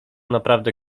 naprawdę